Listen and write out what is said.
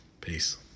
Peace